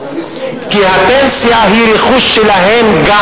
כי הפנסיה היא גם רכוש שלהם.